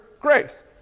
grace